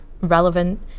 relevant